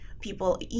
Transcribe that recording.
people